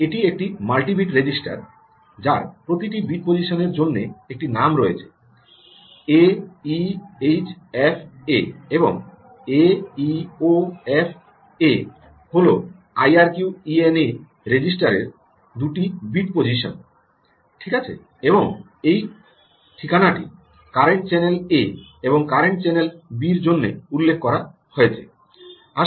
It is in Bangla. এটি একটি মাল্টিবিট রেজিস্টার যার প্রতিটি বিট পজিশনের জন্য একটি নাম রয়েছে A E H F A এবং A E O F A হল এই আইআরকিউইএনএ রেজিস্ট্রারের দুটি বিট পজিশন ঠিক আছে এবং সেই ঠিকানাটি কারেন্ট চ্যানেল এ এবং কারেন্ট চ্যানেলের বি এর জন্য উল্লেখ করা হয়েছে